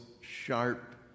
sharp